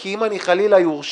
כי אם אני חלילה אורשע,